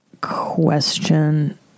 question